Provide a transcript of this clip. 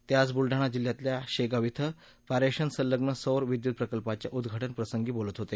ते आज बुलडाणा जिल्ह्यातल्या शेगाव क्षे पारेषण संलग्न सौर विद्युत प्रकल्पाच्या उद्घाटनप्रसंगी बोलत होते